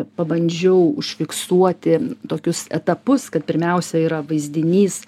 pabandžiau užfiksuoti tokius etapus kad pirmiausia yra vaizdinys